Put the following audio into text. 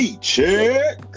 check